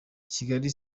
kigali